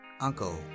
uncle